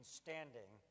standing